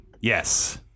yes